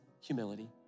humility